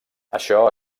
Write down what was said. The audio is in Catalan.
això